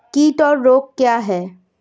कीट और रोग क्या हैं?